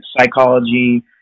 psychology